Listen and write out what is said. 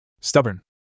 Stubborn